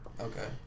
Okay